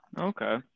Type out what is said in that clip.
Okay